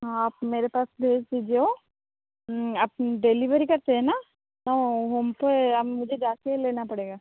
आप मेरे पास भेज दीजिए आप डेलीवरी करते हैं ना हम पर या मुझे जा के लेना पड़ेगा